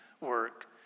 work